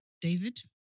David